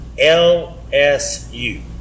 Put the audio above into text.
LSU